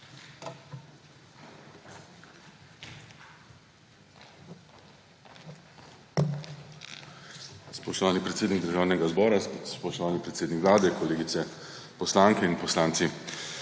Spoštovani predsednik Državnega zbora, spoštovani predsednik Vlade, kolegice poslanke in kolegi